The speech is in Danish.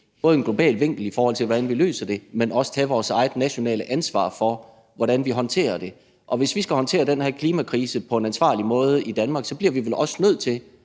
en global vinkel, i forhold til hvordan vi løser det, men også at tage vores eget nationale ansvar for, hvordan vi håndterer det. Og hvis vi skal håndtere den her klimakrise på en ansvarlig måde i Danmark, bliver vi vel også nødt til